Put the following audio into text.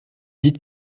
dites